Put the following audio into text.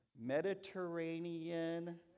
Mediterranean